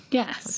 yes 。